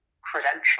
credential